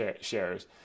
shares